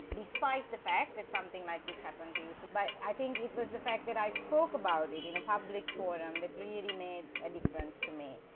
despite the fact that something like this happened to you but i think it was the fact that i spoke about it in a public forum that really made a difference to me.